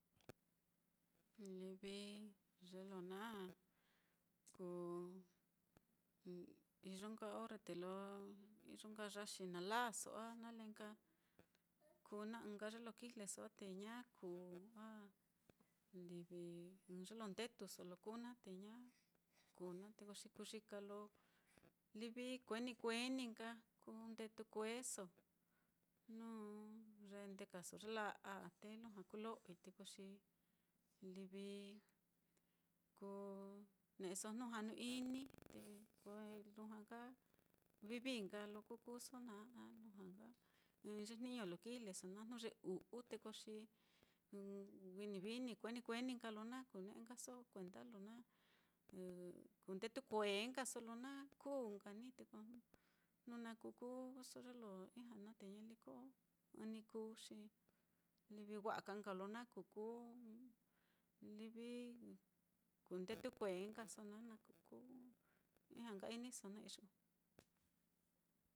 Livi ye lo naá, kuu iyo nka orre te lo iyo nka yaxi na lāāso a nale nka kuu naá ɨ́ɨ́n ye lo kijleso á te ña kuu a livi ɨ́ɨ́n ye lo ndetuso lo kuu naá, te ña kuu naá te ko xi kuyika lo livi kueni kueni nka kundetu kueso, jnu ye ndekaso ye la'a á te lujua kulo'oi te ko xi livi koo ne'eso jnu ja'nu-ini, te koo lujua nka vivií lo ku kuuso naá a lujua nka ɨ́ɨ́n ye jniño lo kijleso naá jnu ye u'u te ko xi viíni viíni, kueni kueni nka lo na kune'e nkaso kuenda lo na kundetu kue nkaso lo naá kuu nka ni, te ko jnu na ku kuuso ye lo ijña naá, te ñaliko ɨ́ɨ́n ni kuu, xi livi wa'a ka nka lo na kukuu livi kundetu kue nkaso naá na ku kuu ijña nka ini so naá iyu'u.